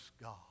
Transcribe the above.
God